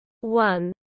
one